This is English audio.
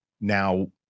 now